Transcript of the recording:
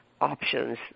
options